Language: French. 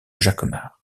jacquemart